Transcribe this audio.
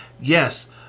Yes